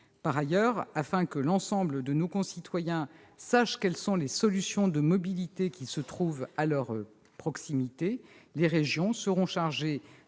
Par ailleurs, afin que l'ensemble de nos concitoyens sachent quelles sont les solutions de mobilité qui se trouvent à leur proximité, les régions seront chargées